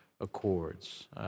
Accords